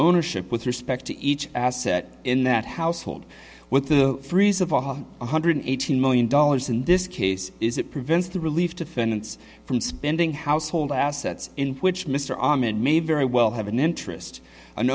ownership with respect to each asset in that household what the freeze of a ha one hundred eighteen million dollars in this case is it prevents the relief defendants from spending household assets in which mr ahmed may very well have an interest an